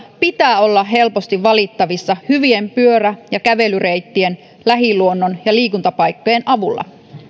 pitää olla helposti valittavissa hyvien pyörä ja kävelyreittien lähiluonnon ja liikuntapaikkojen avulla